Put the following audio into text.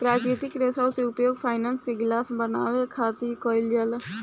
प्राकृतिक रेशा के उपयोग फाइबर के गिलास बनावे खातिर कईल जाला